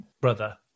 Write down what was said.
brother